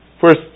First